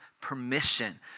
permission